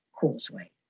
causeway